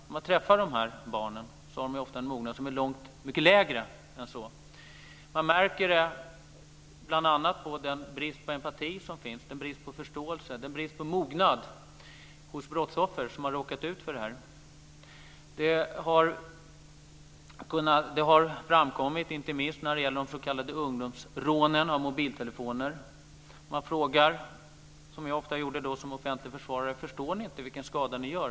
När man träffar de här barnen märker man att de ofta har en mognad som är mycket lägre än så. Man märker det bl.a. på bristen på empati och förståelse för brottsoffren. Detta har framkommit inte minst när det gäller de s.k. ungdomsrånen av mobiltelefoner. Man frågar, som jag ofta gjorde som offentlig försvarare: Förstår ni inte vilken skada ni gör?